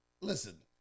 listen